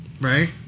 right